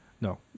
no